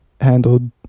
handled